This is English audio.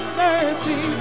mercy